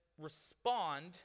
respond